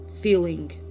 feeling